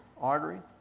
artery